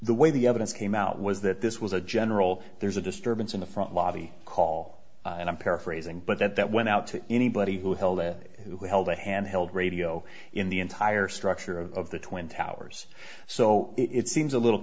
the way the evidence came out was that this was a general there's a disturbance in the front lobby call and i'm paraphrasing but that that went out to anybody who held it who held a handheld radio in the entire structure of the twin towers so it seems a little